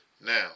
Now